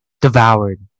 Devoured